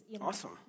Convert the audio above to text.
Awesome